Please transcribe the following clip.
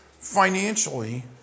financially